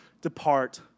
depart